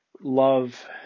love